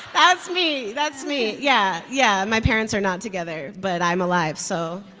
that's me. that's me. yeah, yeah. my parents are not together, but i'm alive. so